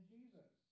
Jesus